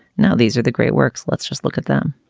now these are the great works. let's just look at them